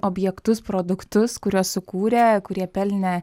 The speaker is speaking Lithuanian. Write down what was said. objektus produktus kuriuos sukūrė kurie pelnė